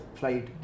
flight